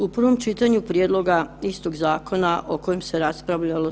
U prvom čitanju prijedloga istog zakona o kojem se raspravljalo 17.